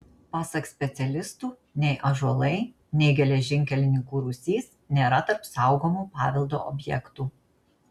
pasak specialistų nei ąžuolai nei geležinkelininkų rūsys nėra tarp saugomų paveldo objektų